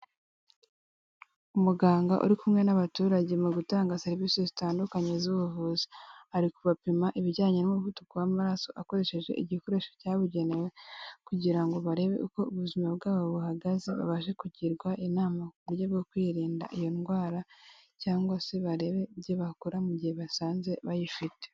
Umuganga uri kumwe n'abaturage mu gutanga serivisi zitandukanye z'ubuvuzi, ari kubabapima ibijyanye n'umuvuduko w'amaraso, akoresheje igikoresho cyabugenewe kugira ngo barebe uko ubuzima bwabo buhagaze, babashe kugirwa inama ku buryo bwo kwirinda iyo ndwara cyangwa se barebe ibyo bakora mu gihe basanze bayifite.